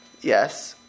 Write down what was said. yes